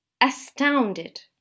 astounded